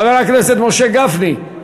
חבר הכנסת משה גפני?